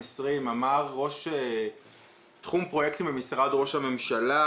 אמר ראש תחום פרויקטים במשרד ראש הממשלה,